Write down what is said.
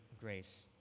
grace